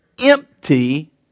empty